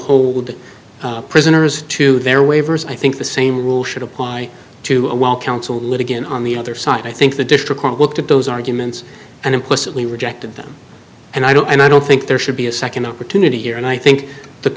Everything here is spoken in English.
hold the prisoners to their waivers i think the same rule should apply to a well counsel litigant on the other side i think the district court looked at those arguments and implicitly rejected them and i don't i don't think there should be a second opportunity here and i think the